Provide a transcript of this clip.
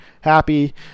happy